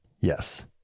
Yes